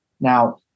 Now